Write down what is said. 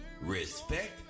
respect